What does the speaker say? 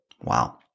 Wow